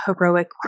heroic